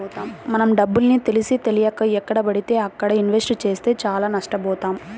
మనం డబ్బుని తెలిసీతెలియక ఎక్కడబడితే అక్కడ ఇన్వెస్ట్ చేస్తే చానా నష్టబోతాం